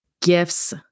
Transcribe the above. gifts